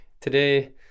today